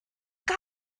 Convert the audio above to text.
car